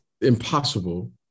impossible